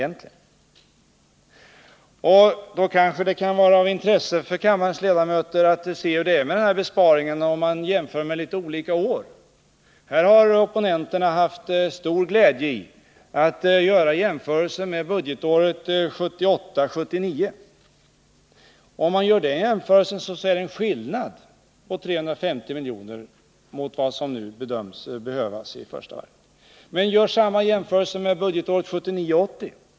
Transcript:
Det kan kanske vara av intresse för kammarens ledamöter att se hur det förhåller sig med besparingen, om man jämför med olika år. Opponenterna har funnit stor glädje i att göra jämförelser med budgetåret 1978 80.